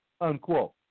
unquote